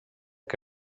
que